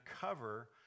cover